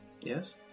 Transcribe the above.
Yes